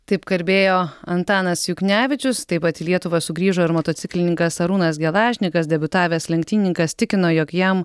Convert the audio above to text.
taip kalbėjo antanas juknevičius taip pat į lietuvą sugrįžo ir motociklininkas arūnas gelažnikas debiutavęs lenktynininkas tikino jog jam